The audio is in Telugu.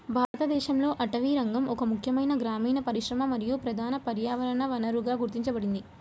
భారతదేశంలో అటవీరంగం ఒక ముఖ్యమైన గ్రామీణ పరిశ్రమ మరియు ప్రధాన పర్యావరణ వనరుగా గుర్తించబడింది